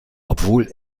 obwohl